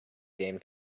game